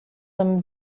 some